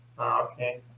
Okay